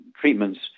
treatments